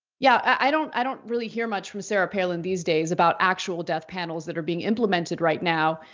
yeah, i don't i don't really hear much from sarah palin these days about actual death panels that are being implemented right now,